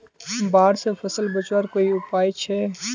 बाढ़ से फसल बचवार कोई उपाय छे?